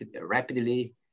rapidly